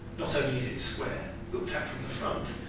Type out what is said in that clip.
not only is it square, looked at from the front,